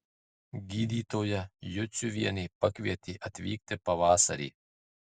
gydytoja juciuvienė pakvietė atvykti pavasarį